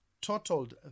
totaled